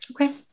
Okay